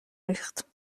ریخت